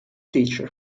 teacher